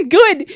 good